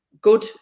good